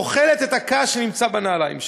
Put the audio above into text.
אוכלת את הקש שנמצא בנעליים שלו.